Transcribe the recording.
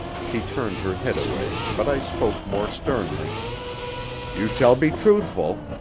she turned her head away, but i spoke more sternly you shall be truthful.